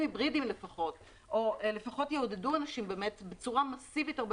היברידיים לפחות או לפחות יעודדו אנשים בצורה מאסיבית הרבה